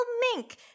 mink